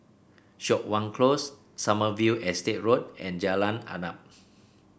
Siok Wan Close Sommerville Estate Road and Jalan Arnap